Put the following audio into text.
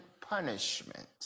punishment